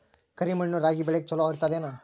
ಕರಿ ಮಣ್ಣು ರಾಗಿ ಬೇಳಿಗ ಚಲೋ ಇರ್ತದ ಏನು?